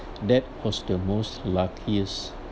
that was the most luckiest